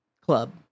club